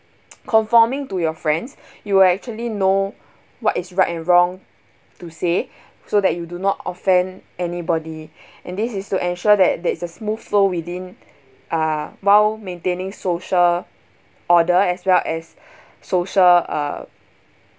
conforming to your friends you actually know what is right and wrong to say so that you do not offend anybody and this is to ensure that there is a smooth flow within uh while maintaining social order as well as social uh